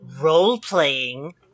role-playing